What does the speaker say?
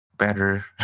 Better